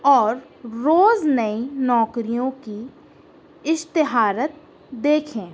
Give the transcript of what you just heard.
اور روز نئی نوکریوں کی اشتہارات دیکھیں